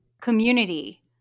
community